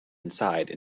inside